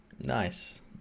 Nice